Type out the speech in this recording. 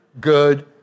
good